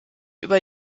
über